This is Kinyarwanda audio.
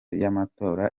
y’amatora